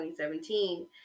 2017